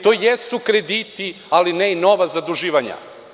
To jesu krediti, ali ne i nova zaduživanja.